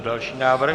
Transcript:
Další návrh?